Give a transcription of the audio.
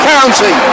County